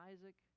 Isaac